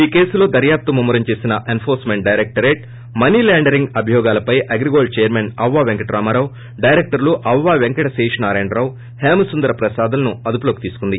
ఈ కేసులో దర్భాప్తు ముమ్మరం చేసిన enforce meant directorate money laundering అభియోగాలపై AgriGold chairman అవ్వా వెంకట రామారావు డైరెక్టర్లు అవ్వా వెంకట శేషు నారాయణరావు హేమసుందర ప్రసాద్లను అదుపులోకి తీసుకుంది